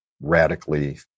radically